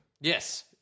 Yes